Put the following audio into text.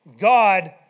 God